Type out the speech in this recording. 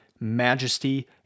majesty